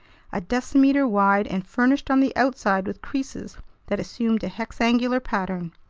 a decimeter wide and furnished on the outside with creases that assumed a hexangular pattern.